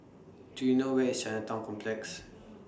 Do YOU know Where IS Chinatown Complex